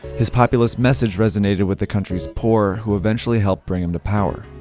his populist message resonated with the country's poor who eventually helped bring him to power.